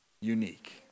unique